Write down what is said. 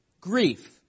grief